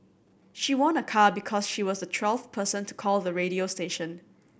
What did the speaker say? she won a car because she was the twelfth person to call the radio station